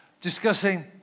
discussing